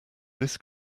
this